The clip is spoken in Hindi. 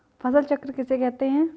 फसल चक्र किसे कहते हैं?